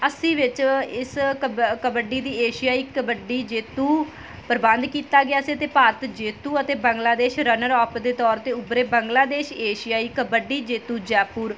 ਅੱਸੀ ਵਿੱਚ ਇਸ ਕਬ ਕਬੱਡੀ ਦੀ ਏਸ਼ੀਆਈ ਕਬੱਡੀ ਜੇਤੂ ਪ੍ਰਬੰਧ ਕੀਤਾ ਗਿਆ ਸੀ ਅਤੇ ਭਾਰਤ ਜੇਤੂ ਅਤੇ ਬੰਗਲਾਦੇਸ਼ ਰਨਰ ਆਫ ਦੇ ਤੌਰ 'ਤੇ ਉਭਰੇ ਬੰਗਲਾਦੇਸ਼ ਏਸ਼ੀਆਈ ਕਬੱਡੀ ਜੇਤੂ ਜੈਪੁਰ